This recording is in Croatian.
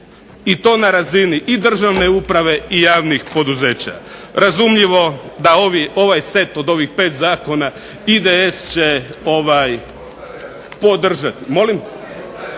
i to na razini i državne uprave i javnih poduzeća. Razumljivo da ovaj set od ovih 5 zakona IDS će podržati.